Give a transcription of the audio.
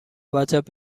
وجب